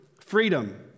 freedom